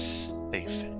safe